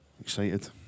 Excited